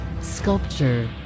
sculpture